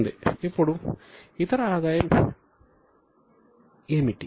ఇప్పుడు ఇతర ఆదాయం ఏమిటి